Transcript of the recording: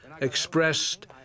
expressed